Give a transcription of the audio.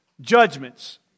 judgments